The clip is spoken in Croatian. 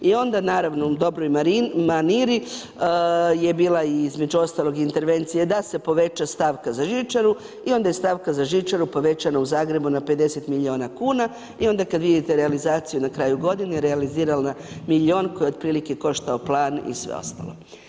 I onda naravno u dobroj maniri je bila i između ostalog i intervencija da se poveća stavka za žičaru i onda je stavka za žičaru povećana u Zagrebu na 50 milijuna kuna i onda kada vidite realizaciju na kraju godine realiziran milijun koji otprilike koštao plan i sve ostalo.